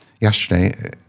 yesterday